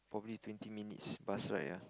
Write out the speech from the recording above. probably twenty minutes bus ride ah